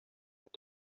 went